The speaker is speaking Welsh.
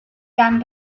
gan